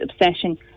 Obsession